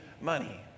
money